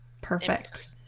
Perfect